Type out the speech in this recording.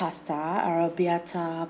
pasta arrabbiata